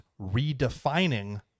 redefining